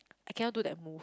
I cannot do that move